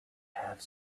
have